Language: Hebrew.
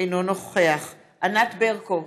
אינו נוכח ענת ברקו,